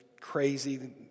crazy